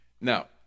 Now